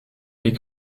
les